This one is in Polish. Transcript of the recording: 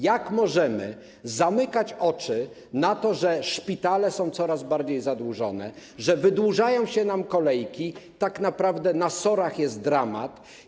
Jak możemy zamykać oczy na to, że szpitale są coraz bardziej zadłużone, że wydłużają się nam kolejki, że tak naprawdę na SOR-ach jest dramat?